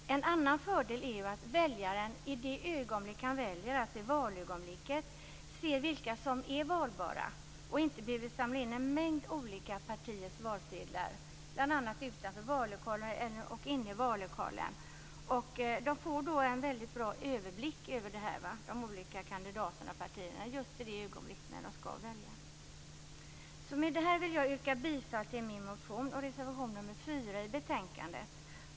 En annan fördel är ju att väljaren i det ögonblick då han väljer, alltså i valögonblicket, ser vilka som är valbara och inte behöver samla in en mängd olika partiers valsedlar bl.a. utanför och inne i vallokalen. Väljarna får en väldigt god överblick över de olika kandidaterna och partierna just i det ögonblick då de skall välja. Med det här vill jag yrka bifall till min motion och till reservation 4 i betänkandet.